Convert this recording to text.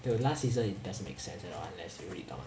the last season it doesn't make sense at all unless you read lor